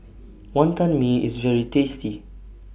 Wantan Mee IS very tasty